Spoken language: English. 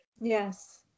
Yes